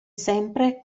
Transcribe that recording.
sempre